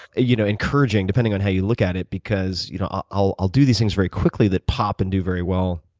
you know, encouraging, depending on how you look at it. because you know ah i'll i'll do these things very quickly that pop and do very well,